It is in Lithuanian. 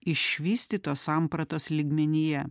išvystytos sampratos lygmenyje